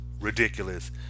ridiculous